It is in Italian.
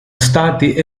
stati